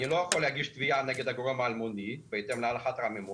לא יכול להגיש תביעה נגד הגורם האלמוני בהתאם ל"הלכת רמי מור",